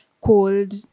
cold